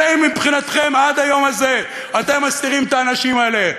הרי מבחינתכם עד היום הזה אתם מסתירים את האנשים האלה.